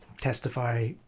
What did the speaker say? testify